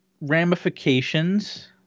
ramifications